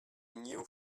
new